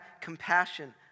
compassion